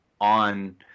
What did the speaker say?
on